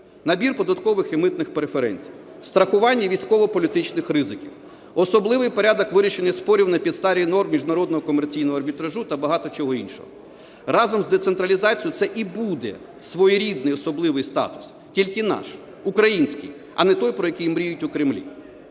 Набір податкових і митних преференцій, страхування військово-політичних ризиків, особливий порядок вирішення спорів на підставі норм міжнародного комерційного арбітражу та багато чого іншого. Разом з децентралізацією це і буде своєрідний особливий статус, тільки наш український, а не той, про який мріють у Кремлі.